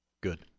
Good